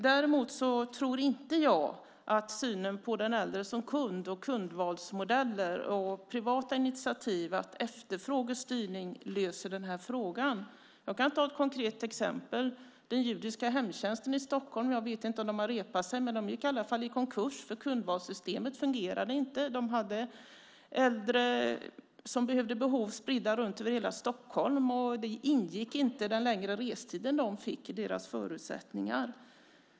Däremot tror jag inte att synen på den äldre som kund, kundvalsmodeller, privata initiativ och efterfrågestyrning löser den här frågan. Jag kan ta ett konkret exempel. Den judiska hemtjänsten i Stockholm gick i alla fall i konkurs - jag vet inte om de har repat sig - för kundvalssystemet fungerade inte. De hade äldre som behövde hjälp spridda över hela Stockholm, och den längre restiden ingick inte i deras förutsättningar.